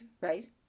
right